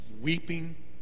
weeping